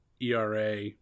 ERA